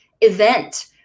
event